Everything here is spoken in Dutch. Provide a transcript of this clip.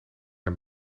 een